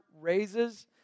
raises